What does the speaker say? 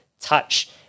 touch